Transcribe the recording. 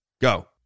go